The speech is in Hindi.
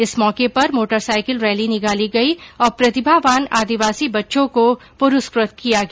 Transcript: इस मौके पर मोटरसाइकिल रैली निकाली गई और प्रतिभावान आदिवासी बच्चों को पुरस्कृत किया गया